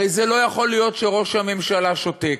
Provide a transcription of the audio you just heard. הרי זה לא יכול להיות שראש הממשלה שותק,